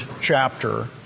chapter